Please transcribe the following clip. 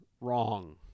wrong